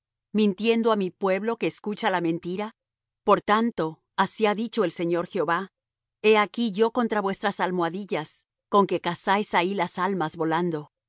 mintiendo á mi pueblo que escucha la mentira por tanto así ha dicho el señor jehová he aquí yo contra vuestras almohadillas con que cazáis ahí las almas volando